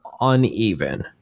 uneven